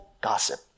gossip